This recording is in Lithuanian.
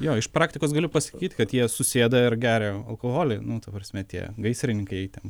jo iš praktikos galiu pasakyt kad jie susėda ir geria alkoholį nu ta prasme tie gaisrininkai ten